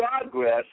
progress